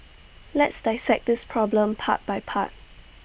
let's dissect this problem part by part